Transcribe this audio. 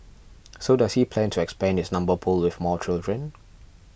so does he plan to expand his number pool with more children